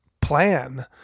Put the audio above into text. plan